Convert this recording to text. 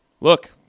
Look